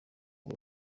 ngo